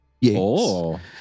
Yes